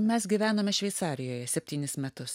mes gyvenome šveicarijoje septynis metus